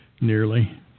nearly